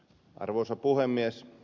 arvoisa puhemies